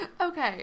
Okay